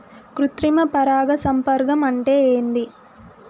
కృత్రిమ పరాగ సంపర్కం అంటే ఏంది?